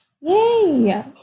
Yay